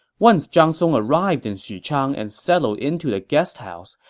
once zhang song arrived in xuchang and settled into the guest house,